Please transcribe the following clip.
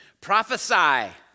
Prophesy